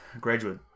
graduate